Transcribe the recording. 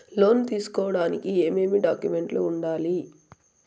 లోను తీసుకోడానికి ఏమేమి డాక్యుమెంట్లు ఉండాలి